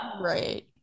Right